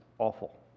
awful